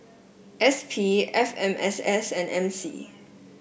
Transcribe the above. S P F M S S and M C